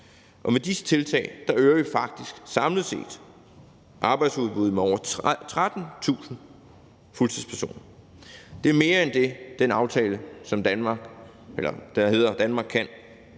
Med disse tiltag øger vi faktisk samlet set arbejdsudbuddet med over 13.000 fuldtidspersoner. Det er mere end i den aftale, der hedder »Danmark kan